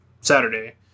Saturday